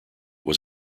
was